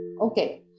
Okay